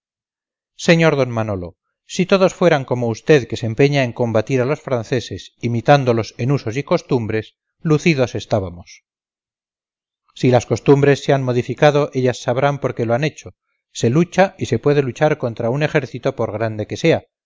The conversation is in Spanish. sr d manolo si todos fueran como usted que se empeña en combatir a los franceses imitándolos en usos y costumbres lucidos estábamos si las costumbres se han modificado ellas sabrán por qué lo han hecho se lucha y se puede luchar contra un ejército por grande que sea